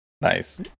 Nice